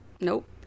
nope